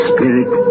Spirit